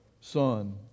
Son